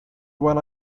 when